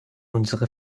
unsere